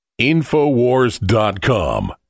InfoWars.com